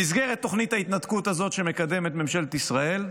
במסגרת תוכנית ההתנתקות הזאת שמקדמת ממשלת ישראל,